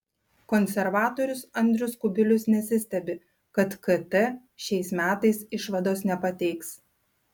konservatorius andrius kubilius nesistebi kad kt šiais metais išvados nepateiks